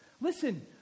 Listen